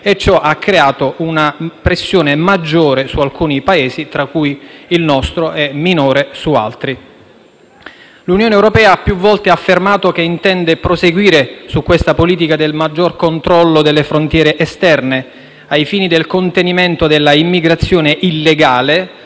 e ciò ha creato una pressione maggiore su alcuni Paesi, tra cui il nostro, e minore su altri. L'Unione europea ha più volte affermato che intende proseguire su questa politica del maggior controllo delle frontiere esterne ai fini del contenimento della immigrazione illegale